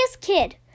kid